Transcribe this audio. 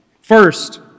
First